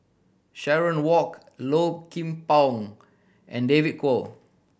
Sharon Walk Low Kim Pong and David Kwo